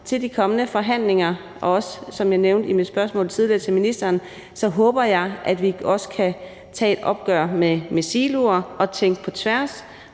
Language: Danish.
til de kommende forhandlinger, og så – som jeg nævnte tidligere i mit spørgsmål til ministeren – håber jeg, at vi kan tage et opgør med silotænkning og tænke på tværs,